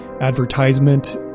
advertisement